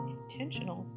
intentional